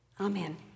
Amen